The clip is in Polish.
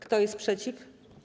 Kto jest przeciw?